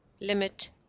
limit